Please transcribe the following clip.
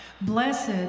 Blessed